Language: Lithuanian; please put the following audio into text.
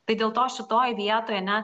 tai dėl to šitoj vietoj ane